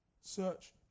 Search